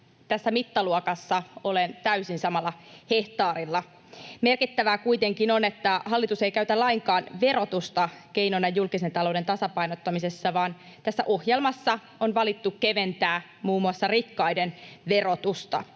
tässä mittaluokassa olen täysin samalla hehtaarilla. Merkittävää kuitenkin on, että hallitus ei käytä verotusta lainkaan keinona julkisen talouden tasapainottamisessa, vaan tässä ohjelmassa on valittu keventää muun muassa rikkaiden verotusta.